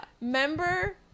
Remember